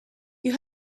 you